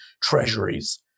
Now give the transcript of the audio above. treasuries